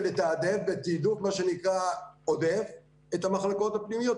זה לתעדף בתעדוף עודף את המחלקות הפנימיות,